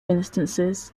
instances